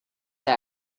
out